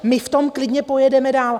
My v tom klidně pojedeme dál.